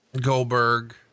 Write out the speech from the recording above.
Goldberg